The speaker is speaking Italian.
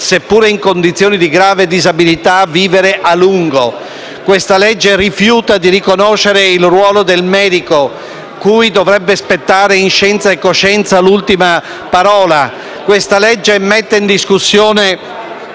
seppure in condizioni di grave disabilità, vivere a lungo. Questa legge rifiuta di riconoscere il ruolo del medico, cui dovrebbe spettare, in scienza e coscienza, l'ultima parola. Questa legge mette in discussione